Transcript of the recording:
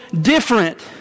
different